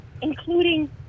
including